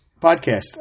podcast